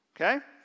okay